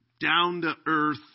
down-to-earth